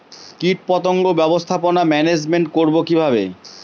কীটপতঙ্গ ব্যবস্থাপনা ম্যানেজমেন্ট করব কিভাবে?